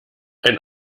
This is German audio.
ein